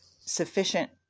sufficient